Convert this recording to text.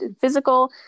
physical